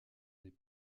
des